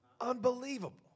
Unbelievable